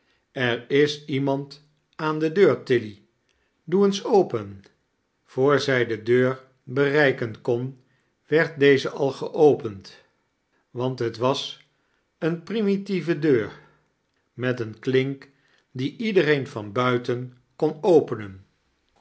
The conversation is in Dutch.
er is iiemand aan de deur tilly doe eens open voor zij de deur bereiken kon werd deze al geopend want het was eene primitieve deur met een klink die iedereen van buiten kon openen